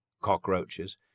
cockroaches